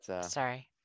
Sorry